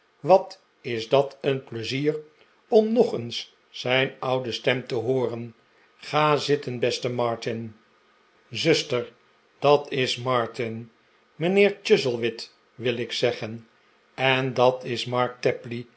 wat is dat een pleizier om nog eens zijn oude stem te hooren ga zitten beste martin zuster dat is martin mijnheer chuzzlewit wil ik zeggen en dat is